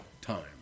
time